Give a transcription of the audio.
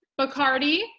Bacardi